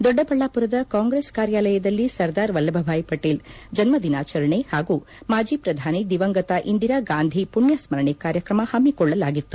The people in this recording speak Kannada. ದೊಡ್ಡಬಳ್ಳಾಪುರದ ಕಾಂಗ್ರೆಸ್ ಕಾರ್ಯಾಲಯದಲ್ಲಿ ಸರ್ದಾರ್ ವಲ್ಲಭ ಭಾಯ್ ಪಟೇಲ್ ಜನ್ಮ ದಿನಾಚರಣೆ ಹಾಗೂ ಮಾಜಿ ಪ್ರಧಾನಿ ದಿವಂಗತ ಇಂದಿರಾ ಗಾಂಧಿ ಪುಣ್ಯಸ್ಮರಣೆ ಕಾರ್ಯಕ್ರಮ ಹಮ್ಮಿಕೊಳ್ಳಲಾಗಿತ್ತು